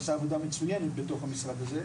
שעשה עבודה מצויינת בתוך המשרד הזה,